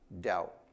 Doubt